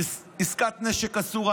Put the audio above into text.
מעסקת נשק אסורה,